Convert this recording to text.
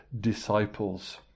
disciples